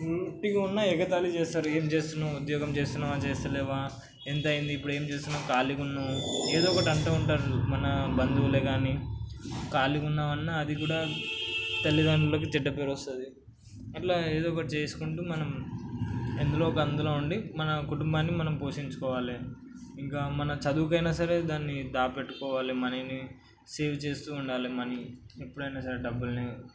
నువ్వు ఉట్టిగా ఉన్న ఎగతాళి చేస్తారు ఏం చేస్తున్నావు ఉద్యోగం చేస్తున్నవా చేస్తలేవా ఎంత అయింది ఇప్పుడు ఏం చేస్తున్నావు ఖాళీగా ఉన్నావు ఏదో ఒకటి అంటూ ఉంటారు మన బంధువులే కానీ ఖాళీగా ఉన్నామన్న అది కూడా తల్లిదండ్రులకు చెడ్డ పేరు వస్తుంది అట్లా ఏదో ఒకటి చేసుకుంటూ మనం ఎందులో ఒక అందులో ఉండి మన మన కుటుంబాన్ని మనం పోషించుకోవాలి ఇంకా మన చదువుకైనా సరే దాన్ని దాచిపెట్టుకోవాలి మనీని సేవ్ చేస్తూ ఉండాలి మనీ ఎప్పుడైనా సరే డబ్బులని